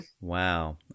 wow